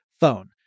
phone